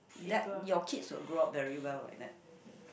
that your kids will grow up very well like that